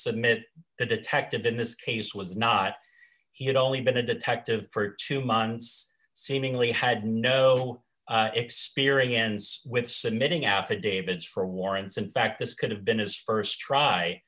submit the detective in this case was not he had only been a detective for two months seemingly had no experience with submitting affidavits for warrants in fact this could have been his st try